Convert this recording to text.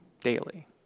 daily